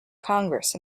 congress